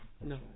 No